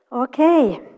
Okay